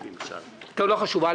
טוב, לא חשוב.